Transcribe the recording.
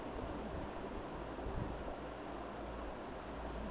चमेली क फूल क वृद्धि तेजी से कईसे होखेला?